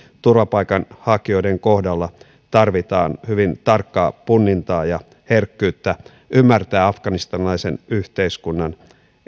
turvapaikanhakijoiden kohdalla tarvitaan hyvin tarkkaa punnintaa ja herkkyyttä ymmärtää afganistanilaisen yhteiskunnan